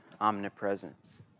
omnipresence